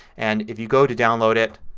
and if you go to download it